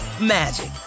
magic